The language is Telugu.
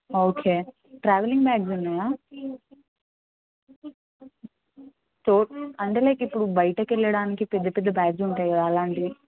ఓకే ట్రావెలింగ్ బ్యాగ్స్ ఉన్నాయా తో అంటే లైక్ ఇప్పుడు బయటకి వెళ్ళడానికి పెద్ద పెద్ద బ్యాగ్లు ఉంటాయి కదా అలాంటివి